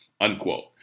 Unquote